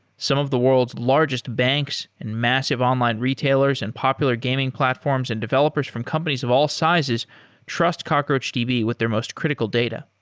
some of the world's largest banks and massive online retailers and popular gaming platforms and developers from companies of all sizes trust cockroachdb with their most critical data.